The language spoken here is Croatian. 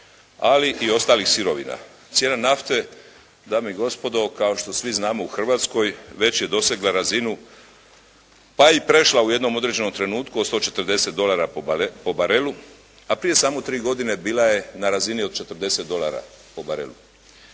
ali i ostalih sirovina. Cijena nafte, dame i gospodo, kao što vi znamo u Hrvatskoj već je dosegla razinu pa i prešla u jednom određenom trenutku od 140 dolara po barelu, a prije samo tri godine bila je na razini od 40 dolara po barelu.